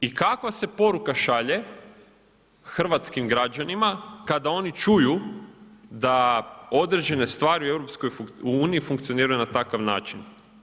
I kakva se poruka šalje hrvatskim građanima kada oni čuju da određene stvari u EU funkcioniraju na takav način?